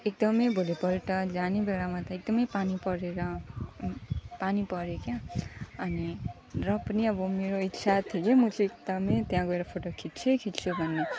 एकदमै भोलिपल्ट जाने बेलामा त एकदमै पानी परेर पानी पर्यो क्या अनि र पनि अब मेरो इच्छा थियो म चाहिँ एकदमै त्यहाँ गएर फोटो खिच्छु नै खिच्छु भनेर